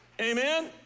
Amen